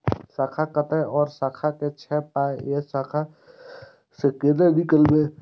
खाता कतौ और शाखा के छै पाय ऐ शाखा से कोना नीकालबै?